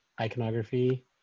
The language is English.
iconography